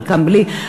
חלקן בלי,